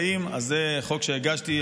זה חוק שהגשתי.